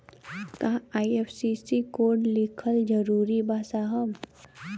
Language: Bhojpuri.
का आई.एफ.एस.सी कोड लिखल जरूरी बा साहब?